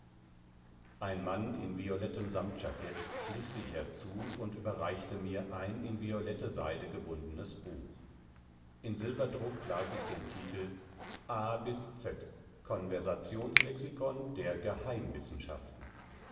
ein mann in violettem samtjacket schlich sich herzu und überreichte mir ein in violette seide gebundenes buch in silberdruck las ich den titel a bis z konversationslexikon der